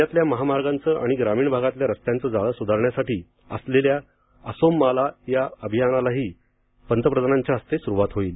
राज्यातल्या महामार्गांचं आणि ग्रामीण भागातल्या रस्त्यांचं जाळं सुधारण्यासाठी असलेल्या आसाम माला या अभियानालाही पंतप्रधानांच्या हस्ते सुरुवात होईल